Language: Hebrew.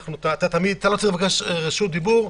אתה לא צריך לבקש רשות דיבור,